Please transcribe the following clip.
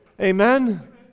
Amen